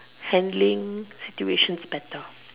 handling situations better